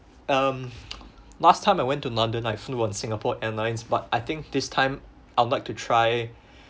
um last time I went to london I flew on singapore airlines but I think this time I'd like to try